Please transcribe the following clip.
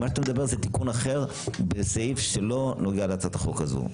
מה שאתה מדבר הוא תיקון אחר בסעיף שלא נוגע להצעת החוק הזאת.